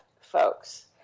folks